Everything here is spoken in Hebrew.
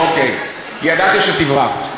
אוקיי, ידעתי שתברח.